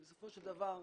בסופו של דבר,